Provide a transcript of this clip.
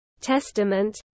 Testament